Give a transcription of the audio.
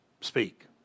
speak